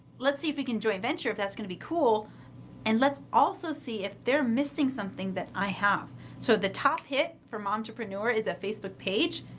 let's see if we can joint venture if that's going to be cool and let's also see if they're missing something that i have so the top hit from entrepreneur is a facebook page,